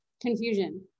confusion